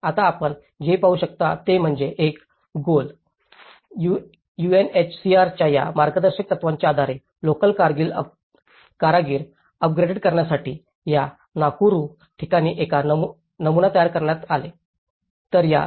आता आपण जे पाहू शकता ते म्हणजे या गोल आणि यूएनएचसीआरच्या या मार्गदर्शक तत्त्वांच्या आधारे लोकल कारागीर अपग्रेड करण्यासाठी या नाकुरू ठिकाणी एक नमुना तयार करण्यासाठी आणले